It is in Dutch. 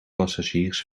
passagiers